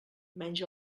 menys